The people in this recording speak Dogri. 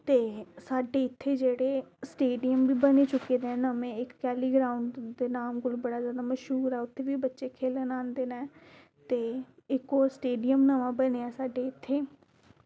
ते साढ़े इत्थें जेह्ड़े स्टेडियम बी बनी चुके दे न ते में उत्थें बी बच्चे खेल्लन आंदे न ते इक्क होर नमां स्टेडियम बनेआ इत्थें